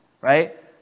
right